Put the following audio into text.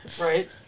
right